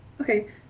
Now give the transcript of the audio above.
Okay